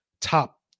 top